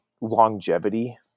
longevity